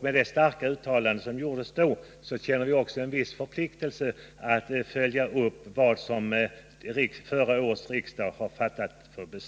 Med det starka uttalande som gjordes då känner vi en viss förpliktelse att följa upp det beslut som förra årets riksdag fattade.